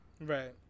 Right